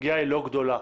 הפגיעה היא לא גדולה,